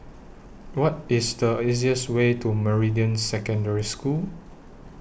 What IS The easiest Way to Meridian Secondary School